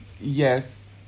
yes